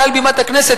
מעל בימת הכנסת,